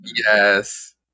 Yes